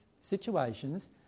situations